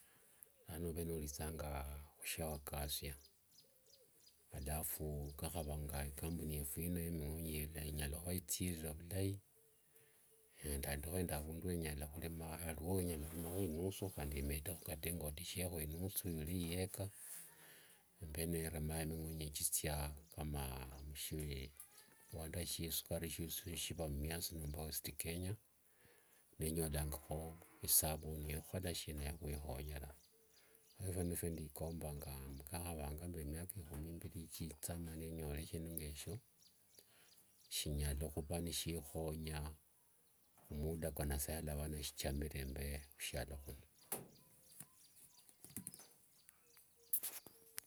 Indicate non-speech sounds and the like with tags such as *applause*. Lano ove nolithanga khwashia wakasia. Alafu kakhavanga ikampuni yefu ino yemingonye nikakhavanga ithiriranga vulai *unintelligible* ndikho nende avandu wenyala khulimakho aliwo winyala khulimakho inusu handi metekho kata ngotoshiekho inusu iule iweka embe niremamanga mikhonye chithia kama *hesitation* sahukari shioshi shioshi shiva mumiasi nomba west kenya, nenyolangakho esabuni yokhukhola shina yokhwikhonyera. Ephio nifwendekombanga nikakhavanga mbu miaka kia imberi thitha male nyole shindu eshio shinyala khuva nishikhonya khu muda kwa nasaye yalava nechamire embe khusialo khuno. *noise*